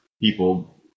people